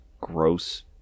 gross